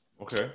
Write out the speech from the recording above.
Okay